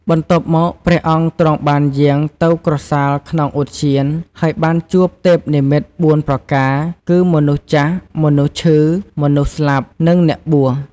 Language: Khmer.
បន្ទាប់មកព្រះអង្គទ្រង់បានយាងទៅក្រសាលក្នុងឧទ្យាន ហើយបានជួបទេពនិមិត្ត ៤ ប្រការគឺ មនុស្សចាស់ មនុស្សឈឺ មនុស្សស្លាប់ និងអ្នកបួស ។